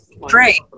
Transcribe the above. Great